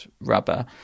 rubber